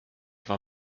war